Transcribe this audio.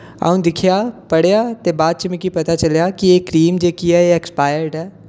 अ'ऊं दिक्खेआ पढ़ेआ ते बाद च मिगी पता चलेआ कि एह् क्रीम जेह्की ऐ एह् ऐक्सपायर्ड ऐ